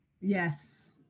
Yes